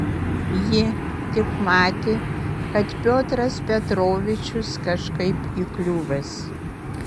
ji tik matė kad piotras petrovičius kažkaip įkliuvęs